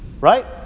right